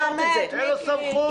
אין לו סמכות.